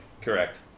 Correct